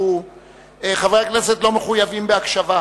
של חבר הכנסת אחמד טיבי וקבוצת חברי הכנסת.